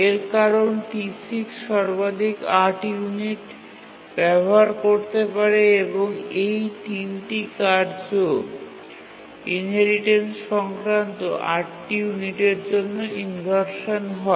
এর কারণ T6 সর্বাধিক ৮ ইউনিট ব্যবহার করতে পারে এবং এই ৩ টি কার্য ইনহেরিটেন্স সংক্রান্ত ৮ টি ইউনিটের জন্য ইনভারসান হয়